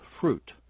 fruit